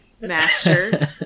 master